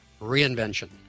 Reinvention